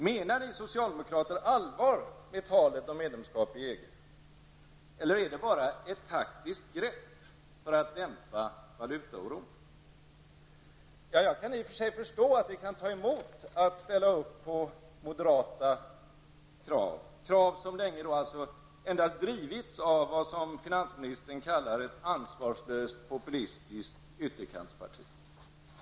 Menar ni socialdemokrater allvar med ert tal om medlemskap i EG, eller är det bara ett taktiskt grepp för att dämpa valutaoron? Jag kan i och för sig förstå att det kan ta emot att ställa upp på moderata krav. Det är krav som enligt finansministern sedan länge och endast har drivits av ett ansvarslöst, populistiskt ytterkantsparti.